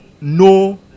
no